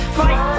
fight